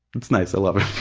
it's nice, i love it.